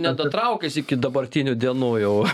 nedatraukęs iki dabartinių dienų jau